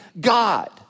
God